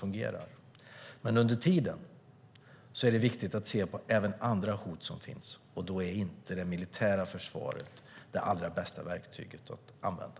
Under tiden är det dock viktigt att se på de andra hot som finns, och då är det militära försvaret inte det allra bästa verktyget att använda.